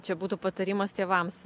čia būtų patarimas tėvams